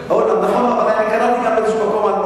קראתי באיזה מקום,